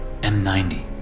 M90